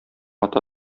ата